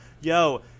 yo